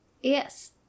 Yes